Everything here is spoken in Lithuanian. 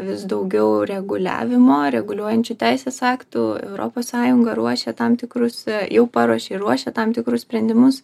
vis daugiau reguliavimo reguliuojančių teisės aktų europos sąjunga ruošia tam tikrus jau paruošė ir ruošia tam tikrus sprendimus